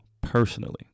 personally